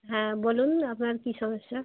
হ্যাঁ বলুন আপনার কী সমস্যা